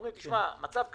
אומרים: המצב קשה,